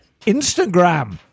Instagram